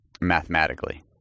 mathematically